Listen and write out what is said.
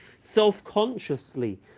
self-consciously